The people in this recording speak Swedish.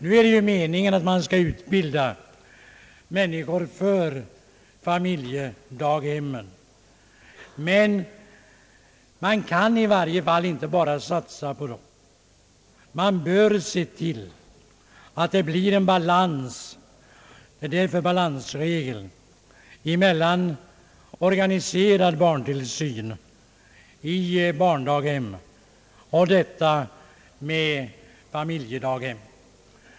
Nu är det ju meningen att människor skall utbildas för tillsyn i familjedaghem, men man kan i varje fall inte bara satsa på dessa. Man bör se till att det blir en balans — det är därför balansregeln kommit till — mellan organiserad barntillsyn i barndaghem och tillsyn i familjedaghem.